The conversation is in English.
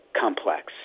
complex